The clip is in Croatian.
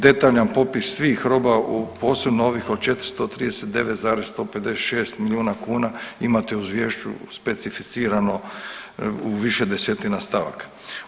Detaljan popis svih roba posebno ovih od 439,156 milijuna kuna imate u izvješću specificirano u više desetina stavaka.